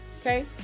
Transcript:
Okay